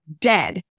Dead